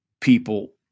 people